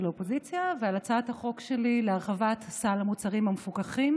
לאופוזיציה ועל הצעת החוק שלי להרחבת סל המוצרים המפוקחים,